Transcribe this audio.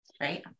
Right